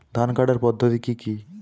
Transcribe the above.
ধান কাটার পদ্ধতি কি কি?